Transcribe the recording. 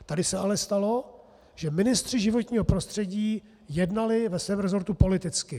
Tady se ale stalo, že ministři životního prostředí jednali ve svém rezortu politicky.